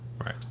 Right